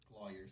Lawyers